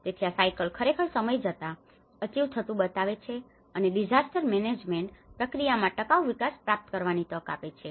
તેથી આ સાઇકલ ખરેખર સમય જતા અચીવ achieve પ્રગટ થતું બતાવે છે અને ડિઝાસ્ટર મેનેજમેન્ટ disaster management આપત્તિ વ્યવસ્થાપન પ્રક્રિયામાં ટકાઉ વિકાસ પ્રાપ્ત કરવાની તક આપે છે